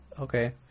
Okay